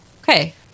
okay